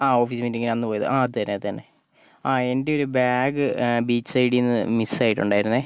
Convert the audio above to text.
ആ ഓഫീസ് മീറ്റിങ്ങിന് അന്ന് പോയത് ആ അത് തന്നെ അത് തന്നെ ആ എൻ്റെ ഒരു ബാഗ് ബീച്ച് സൈഡിൽ നിന്ന് മിസ്സായിട്ടുണ്ടായിരുന്നേ